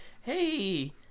hey